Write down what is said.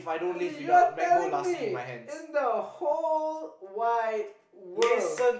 you're telling me in the whole wide world